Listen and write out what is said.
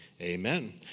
Amen